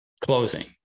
closing